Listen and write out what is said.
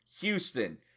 Houston